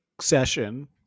session